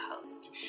host